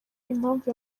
impamvu